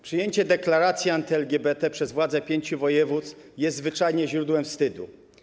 Przyjęcie deklaracji anty-LGBT przez władze pięciu województw jest zwyczajnie źródłem wstydu.